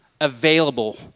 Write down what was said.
available